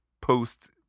post